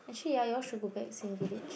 actually ah you all should go back same village